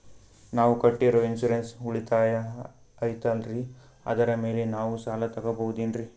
ನಾವು ಕಟ್ಟಿರೋ ಇನ್ಸೂರೆನ್ಸ್ ಉಳಿತಾಯ ಐತಾಲ್ರಿ ಅದರ ಮೇಲೆ ನಾವು ಸಾಲ ತಗೋಬಹುದೇನ್ರಿ?